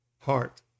heart